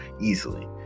easily